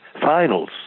finals